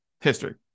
history